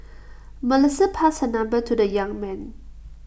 Melissa passed her number to the young man